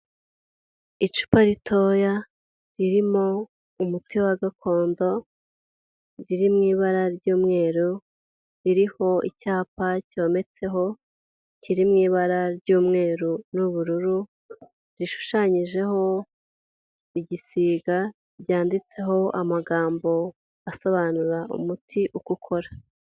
Icupa ritoya ririmo umuti wa gakondo, riri mu ibara ry'umweru, ririho icyapa cyometseho, kiri mu ibara ry'umweru n'ubururu, rishushanyijeho igisiga, ryanditseho amagambo asobanura umuti uko ukora.